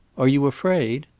are you afraid?